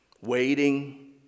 waiting